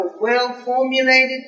well-formulated